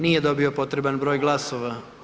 Nije dobio potreban broj glasova.